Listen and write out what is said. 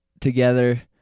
together